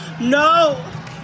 No